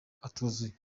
atuzuye